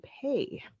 pay